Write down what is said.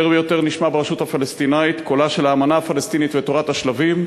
יותר ויותר נשמע ברשות הפלסטינית קולה של האמנה הפלסטינית ותורת השלבים: